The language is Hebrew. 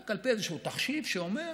רק על פי איזשהו תחשיב שאומר: